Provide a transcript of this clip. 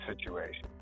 situation